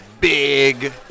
big